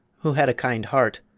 who had a kind heart,